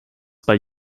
bei